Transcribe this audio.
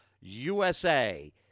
USA